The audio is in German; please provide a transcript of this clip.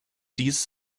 dies